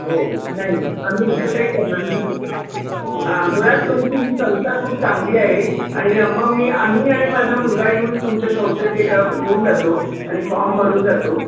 हो हो नाही नाही आम्ही असं काही करणार नाही मुळात तुमची ही संस्था खूप चांगली आहे आणि आम मग मी मी आणि माझा मुलगा येऊन तुमच्या संस्थेत एकदा येऊन जातो आणि फॉर्म भरून जातो